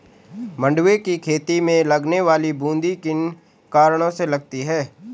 मंडुवे की खेती में लगने वाली बूंदी किन कारणों से लगती है?